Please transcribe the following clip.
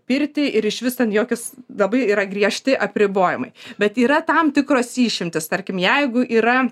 pirtį ir iš vis ten jokius dabar yra griežti apribojimai bet yra tam tikros išimtys tarkim jeigu yra